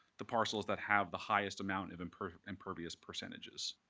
the parcels that have the highest amount of impervious impervious percentages.